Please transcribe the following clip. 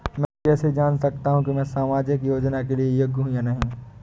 मैं कैसे जान सकता हूँ कि मैं सामाजिक योजना के लिए योग्य हूँ या नहीं?